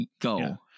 go